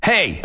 Hey